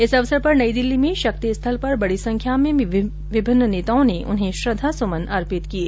इस अवसर पर नई दिल्ली में शक्ति स्थल पर बड़ी संख्या में विभिन्न नेताओं ने उन्हें श्रृद्धासुमन अर्पित किये